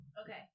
Okay